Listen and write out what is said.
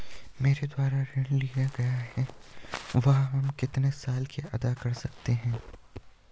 मेरे द्वारा जो ऋण लिया गया है वह हम कितने साल में अदा कर सकते हैं?